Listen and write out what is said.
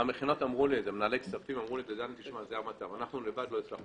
המכינות ומנהלי הכספים אמרו לי שהם לבד לא יכולים